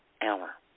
hour